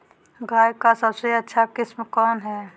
गाय का सबसे अच्छा किस्म कौन हैं?